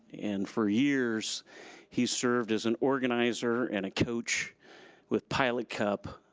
and for years he served as an organizer and a coach with pilot cup,